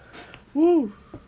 !woo!